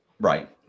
Right